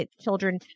children